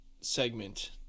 segment